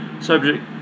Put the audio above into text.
subject